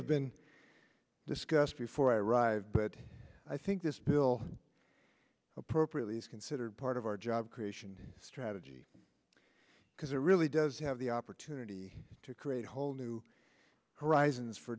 have been discussed before i arrived but i think this bill appropriately is considered part of our job creation strategy because it really does have the opportunity to create whole new horizons for